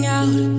out